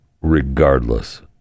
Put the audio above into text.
Regardless